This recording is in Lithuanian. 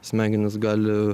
smegenys gali